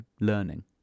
learning